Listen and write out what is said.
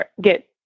get